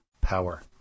power